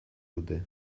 dute